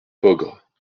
peaugres